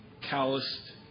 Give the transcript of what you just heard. calloused